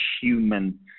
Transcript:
human